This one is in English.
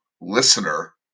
listener